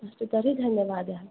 अस्तु तर्हि धन्यवादः